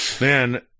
Man